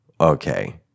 okay